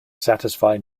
satisfy